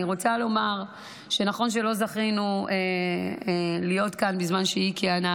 אני רוצה לומר שנכון שלא זכינו להיות כאן בזמן שהיא כיהנה,